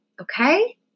okay